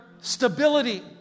stability